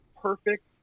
perfect